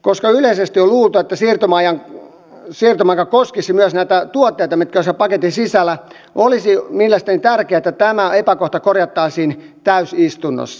koska yleisesti on luultu että siirtymäaika koskisi myös näitä tuotteita mitkä ovat siellä paketin sisällä olisi mielestäni tärkeää että tämä epäkohta korjattaisiin täysistunnossa